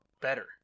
better